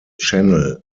channel